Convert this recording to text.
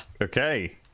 Okay